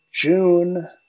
June